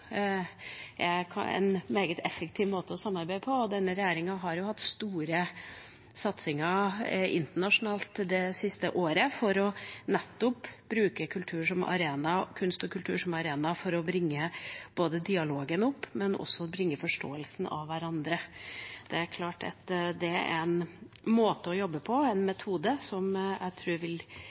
en meget effektiv måte å samarbeide på. Denne regjeringa har hatt store satsinger internasjonalt det siste året for nettopp å bruke kunst og kultur som arena for å bringe opp både dialogen og forståelsen av hverandre. Det er klart at det er en måte å jobbe på, en metode, som jeg tror vil